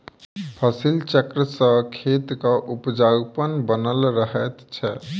फसिल चक्र सॅ खेतक उपजाउपन बनल रहैत छै